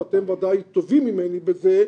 ואתם ודאי טובים ממני בזה,